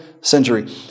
century